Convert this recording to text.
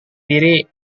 diri